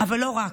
אבל לא רק,